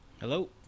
hello